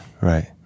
right